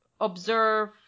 observe